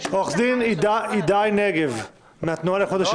עורך דין הידי נגב מהתנועה לאיכות השלטון.